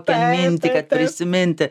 priminti kad prisiminti